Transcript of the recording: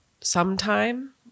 sometime